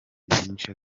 byinshi